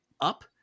up